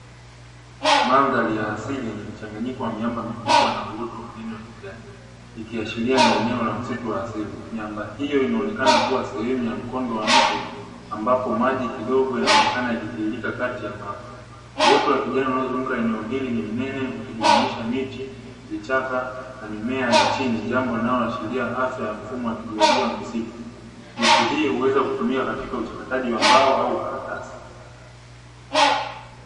Mandhari ya asili yenye mchanganyiko wa miamba mikubwa na uoto mnene wa kijani, ikiashiria ni eneo la msitu wa asili. Miamba hiyo inaonekana kuwa ni sehemu ya mkondo wa mto ambapo maji kidogo yanaonekana yakitiririka kati ya mamba. Uoto wa kijani unaozunguka eneo hili ni mnene ukijumuisha miti, vichaka na mimea ya chini jambo linaloashiria afya ya mfumo wa kijiolojia ya misitu. Miti hiyo huweza kutumika katika uchakataji wa mbao au karatasi.